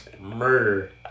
Murder